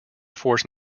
force